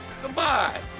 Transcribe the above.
Goodbye